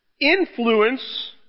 influence